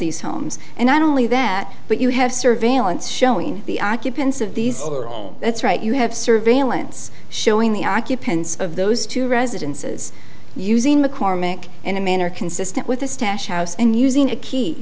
these homes and not only that but you have surveillance showing the occupants of these that's right you have surveillance showing the occupants of those two residences using mccormick in a manner consistent with a stash house and using a key